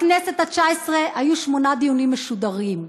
בכנסת התשע-עשרה היו שמונה דיונים משודרים,